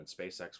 SpaceX